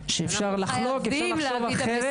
שאפשר לחלוק ואפשר לחשוב אחרת,